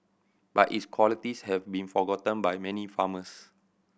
but its qualities have been forgotten by many farmers